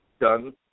done